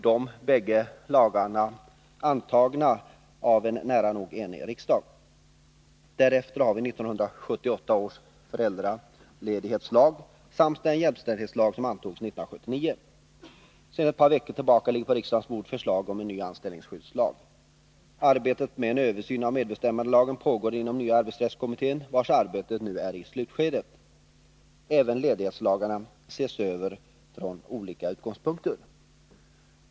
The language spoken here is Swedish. De lagarna antogs f. ö. av en nära nog enig riksdag. Därefter kom 1978 års föräldraledighetslag samt den jämställdhetslag som antogs 1979. Sedan ett par veckor tillbaka ligger på riksdagens bord förslag till en ny anställningsskyddslag. Arbetet med en översyn av medbestämmandelagen pågår inom nya arbetsrättskommittén, vars arbete nu är i slutskedet. Även ledighetslagarna ses över från olika utgångspunkter.